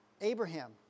Abraham